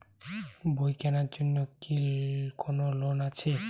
বই কেনার জন্য কি কোন লোন আছে?